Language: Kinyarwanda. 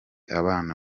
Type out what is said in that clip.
abana